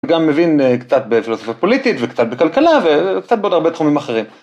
גם מבין קצת בפילוסופיה פוליטית וקצת בכלכלה וקצת בעוד הרבה תחומים אחרים.